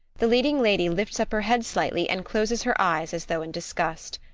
the leading lady lifts up her head slightly and closes her eyes as though in disgust.